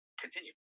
Continue